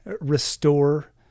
restore